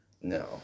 No